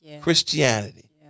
Christianity